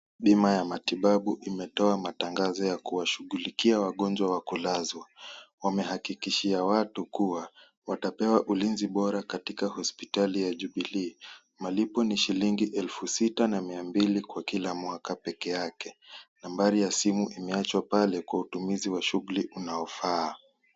Bima ya matibabu imetoa matangazo ya kuwashughulikia wagonjwa wa kulazwa. Wamehakikishia watu kuwa watapewa ulinzi bora katika hospitali ya Jubilee. Malipo ni shilingi elfu sita na mia mbili kwa kila mwaka peke yake na nambari ya simu imeachwa pale kwa utumizi wa shughuli unaofaa.